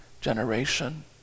generation